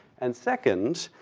and second,